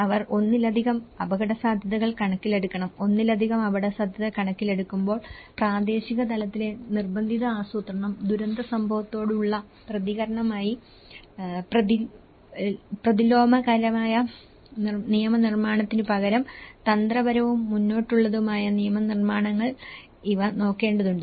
അവർ ഒന്നിലധികം അപകടസാധ്യതകൾ കണക്കിലെടുക്കണം ഒന്നിലധികം അപകടസാധ്യതകൾ കണക്കിലെടുക്കുമ്പോൾ പ്രാദേശിക തലത്തിലെ നിർബന്ധിത ആസൂത്രണം ദുരന്ത സംഭവങ്ങളോടുള്ള പ്രതികരണമായി പ്രതിലോമകരമായ നിയമനിർമ്മാണത്തിനുപകരം തന്ത്രപരവും മുന്നോട്ടുള്ളതുമായ നിയമനിർമ്മാണങ്ങൾ ഇവാ നോക്കേണ്ടതുണ്ട്